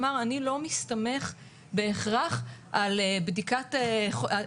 אמר שהוא לא מסתמך בהכרח על תכנון.